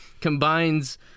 combines